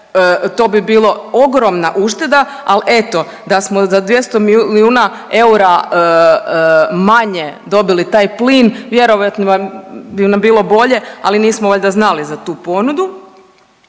to bi bilo ogromna ušteda, ali eto, da smo za 200 milijuna eura manje dobili taj plin, vjerojatno bi nam bilo bolje, ali nismo valjda znali za tu ponudu.